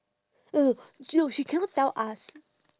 no no sh~ no she cannot tell us